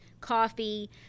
coffee